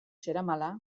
zeramala